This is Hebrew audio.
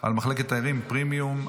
על מחלקת תיירים פרימיום),